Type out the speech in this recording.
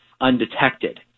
undetected